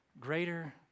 greater